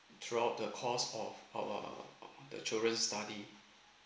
throughout the course of our the children study